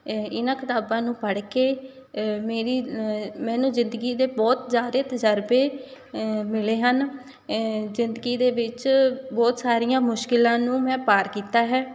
ਇਹ ਇਹਨਾਂ ਕਿਤਾਬਾਂ ਨੂੰ ਪੜ੍ਹ ਕੇ ਮੇਰੀ ਮੈਨੂੰ ਜ਼ਿੰਦਗੀ ਦੇ ਬਹੁਤ ਜ਼ਿਆਦਾ ਤਜਰਬੇ ਮਿਲੇ ਹਨ ਜ਼ਿੰਦਗੀ ਦੇ ਵਿੱਚ ਬਹੁਤ ਸਾਰੀਆਂ ਮੁਸ਼ਕਲਾਂ ਨੂੰ ਮੈਂ ਪਾਰ ਕੀਤਾ ਹੈ